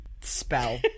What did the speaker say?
spell